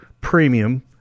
premium